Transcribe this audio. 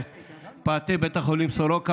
בפאתי בית החולים סורוקה,